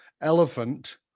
elephant